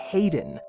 Hayden